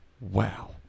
Wow